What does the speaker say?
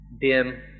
dim